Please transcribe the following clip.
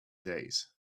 days